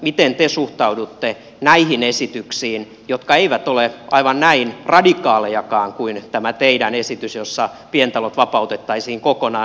miten te suhtaudutte näihin esityksiin jotka eivät ole aivan näin radikaalejakaan kuin tämä teidän esityksenne jossa pientalot vapautettaisiin kokonaan